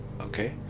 okay